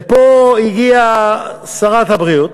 ופה הגיעה שרת הבריאות,